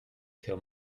her